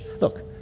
Look